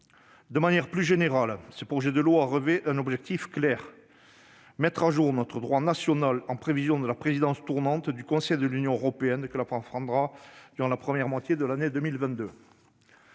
De manière plus générale, ce projet de loi fixe un objectif clair : mettre à jour notre droit national en prévision de la présidence tournante du Conseil de l'Union européenne que la France prendra durant la première moitié de l'année 2022.